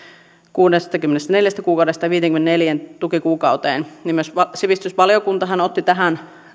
kuudestakymmenestäneljästä kuukaudesta viiteenkymmeneenneljään tukikuukauteen niin myös sivistysvaliokuntahan otti tähän